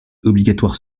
obligatoire